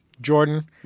Jordan